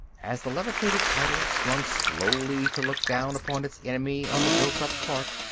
as the levitated idol swung slowly to look down upon its enemy on the built-up cart,